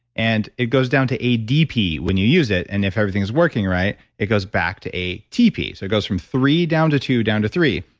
and it goes down to adp when you use it. and if everything's working right, it goes back to atp. so it goes from three down to two, down to three.